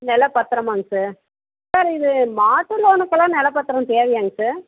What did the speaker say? நில பத்திரமாங்க sir sir இது மாட்டு லோனுக்கெல்லாம் நெலம் பத்திரம் தேவையாங்க சார்